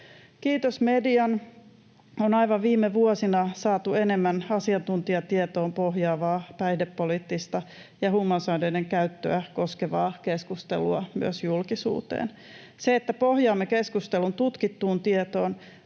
Kiitos median, aivan viime vuosina on saatu enemmän asiantuntijatietoon pohjaavaa päihdepoliittista ja huumausaineiden käyttöä koskevaa keskustelua myös julkisuuteen. Se, että pohjaamme keskustelun tutkittuun tietoon,